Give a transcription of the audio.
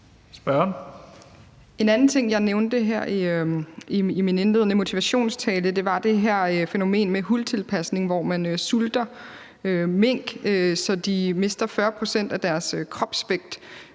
En anden ting, som jeg nævnte her i min indledende motivationstale, var det her fænomen med huldtilpasning, hvor man sulter mink, så de mister 40 pct. af deres kropsvægt,